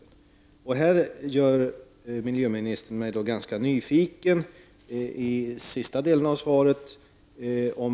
Den sista delen av ministerns svar, som handlar om att regeringen just nu analyserar förslag som inkommit från myndigheter och utredningar, gör mig nyfiken.